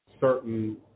certain